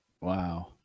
Wow